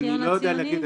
אני לא יודע להגיד,